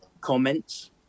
comments